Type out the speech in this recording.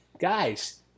guys